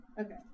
Okay